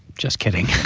just kidding